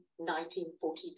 1942